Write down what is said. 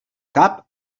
cap